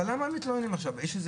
אבל למה הם מתלוננים עכשיו?